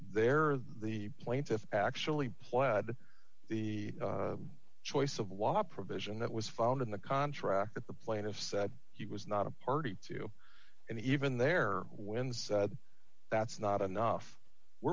are the plaintiffs actually plaid the choice of wa provision that was found in the contract that the plaintiff said he was not a party to and even there when said that's not enough we're